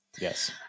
Yes